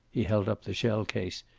he held up the shell-case.